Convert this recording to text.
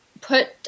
put